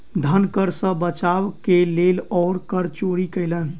धन कर सॅ बचाव के लेल ओ कर चोरी कयलैन